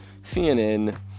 cnn